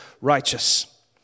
righteous